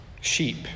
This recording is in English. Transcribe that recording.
sheep